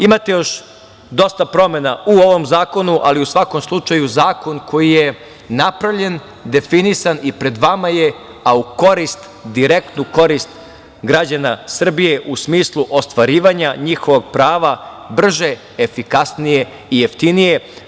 Imate još dosta promena u ovom zakonu, ali u svakom slučaju zakon koji je napravljen definisan i pred vama je, a u korist, direktnu korist građana Srbije u smislu ostvarivanja njihovih prava, brže, efikasnije i jeftinije.